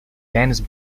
dance